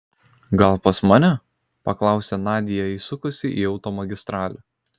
gal pas mane paklausė nadia įsukusi į automagistralę